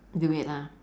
do it lah